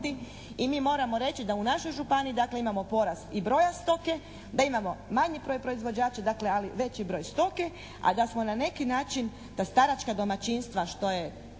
i mi moramo reći da u našoj županiji dakle imamo porast i broja stoke, da imamo manji broj proizvođača dakle ali veći broj stoke, a da smo na neki način ta staračka domaćinstva što je